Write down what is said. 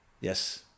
Yes